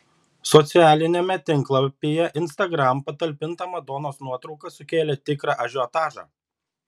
socialiniame tinklapyje instagram patalpinta madonos nuotrauka sukėlė tikrą ažiotažą